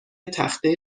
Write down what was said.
تخته